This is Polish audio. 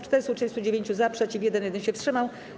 439 - za, przeciw - 1, 1 się wstrzymał.